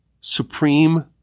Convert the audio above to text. supreme